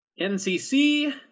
NCC